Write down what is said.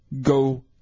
go